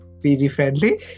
PG-friendly